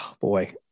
Boy